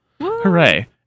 Hooray